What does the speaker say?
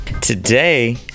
Today